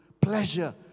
pleasure